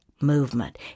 movement